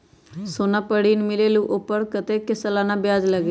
सोना पर ऋण मिलेलु ओपर कतेक के सालाना ब्याज लगे?